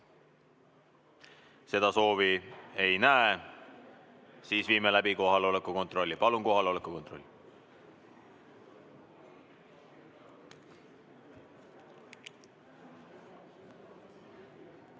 Seda soovi ei näe. Siis viime läbi kohaloleku kontrolli. Palun kohaloleku kontroll!